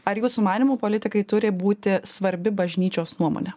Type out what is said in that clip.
ar jūsų manymu politikai turi būti svarbi bažnyčios nuomonė